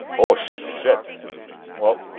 oh shit well.